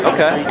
Okay